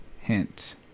Hint